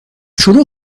شروع